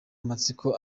amatsiko